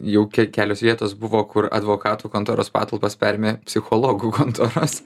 vietos buvo kur advokatų kontoros patalpas perėmė psichologų kontoros